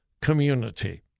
community